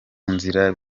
nzira